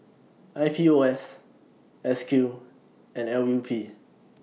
I P O S S Q and L U P